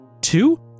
Two